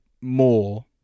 more